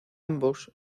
ambos